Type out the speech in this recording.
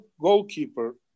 goalkeeper